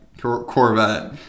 Corvette